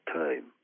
time